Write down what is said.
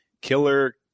Killer